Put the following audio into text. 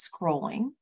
scrolling